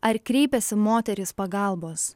ar kreipiasi moterys pagalbos